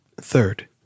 Third